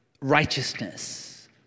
righteousness